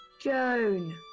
Joan